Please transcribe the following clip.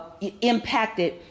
impacted